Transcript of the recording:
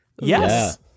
Yes